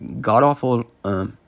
god-awful